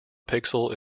pixel